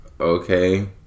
okay